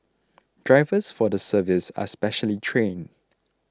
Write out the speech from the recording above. drivers for the service are specially trained